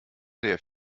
der